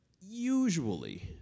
usually